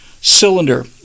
cylinder